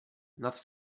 nad